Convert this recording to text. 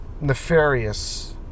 nefarious